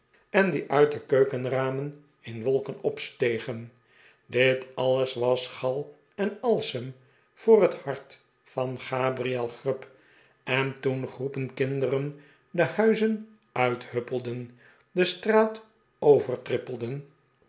en die uit de keukenramen in wolken opstegen dit alles was gal en alsem voor het hart van gabriel grub en toen groepen kinderen de huizen uithuppelden de straat